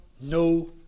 no